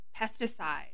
pesticides